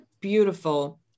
beautiful